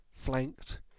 flanked